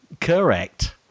Correct